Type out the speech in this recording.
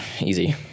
Easy